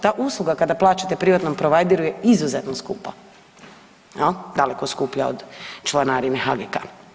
Ta usluga kada plaćate privatnom provajderu je izuzetno skupa, jel, daleko skuplja od članarine HGK.